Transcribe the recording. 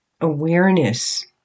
awareness